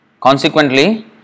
Consequently